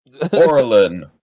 Orlin